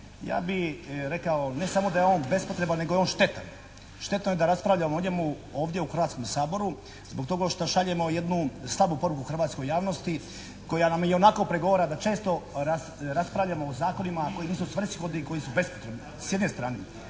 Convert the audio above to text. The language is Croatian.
Ja bi rekao ne samo da je on bespotreban nego je on štetan. Štetno je da raspravljamo o njemu ovdje u Hrvatskom saboru zbog toga što šaljemo jednu slabu poruku hrvatskoj javnosti koja nam i onako prigovara da često raspravljamo o zakonima koji nisu svrsishodni, koji su bespotrebni